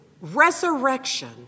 Resurrection